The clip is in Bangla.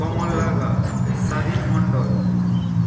কমল লাগা স্বাধীন মন্ডল